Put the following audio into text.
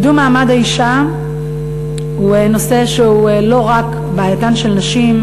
קידום מעמד האישה הוא נושא שהוא לא רק בעייתן של נשים,